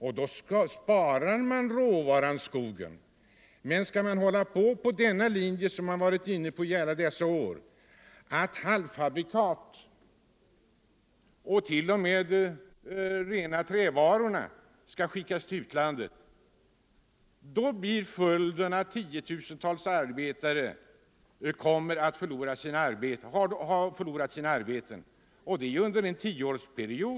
På det sättet sparar man råvaran skogen. Men skall man fortsätta på den linje som man varit inne på i alla dessa år, dvs. att halvfabrikat och t.o.m. rena trävaror skall skickas till utlandet, då bli följden att tiotusentals arbetare förlorar sina jobb. Detta har pågått under en lång tidsperiod.